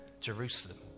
Jerusalem